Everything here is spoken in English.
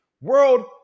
World